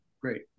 Great